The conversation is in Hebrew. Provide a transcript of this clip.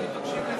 אני מקשיב לך,